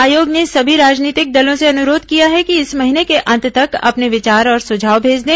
आयोग ने सभी राजनीतिक दलों से अनुरोध किया है कि इस महीने के अंत तक अपने विचार और सुझाव भेज दें